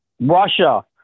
Russia